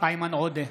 איימן עודה,